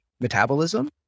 metabolism